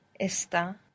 está